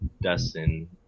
Dustin